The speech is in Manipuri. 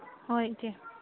ꯍꯣꯏ ꯏꯆꯦ